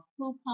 coupon